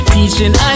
Teaching